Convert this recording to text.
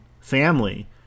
family